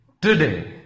Today